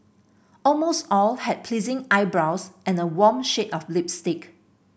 almost all had pleasing eyebrows and a warm shade of lipstick